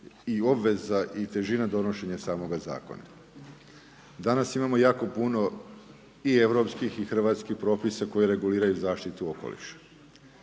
i obveza i težina donošenja samoga zakona. Danas imamo jako puno, i europskih i hrvatskih propisa koji reguliraju zaštitu okoliša.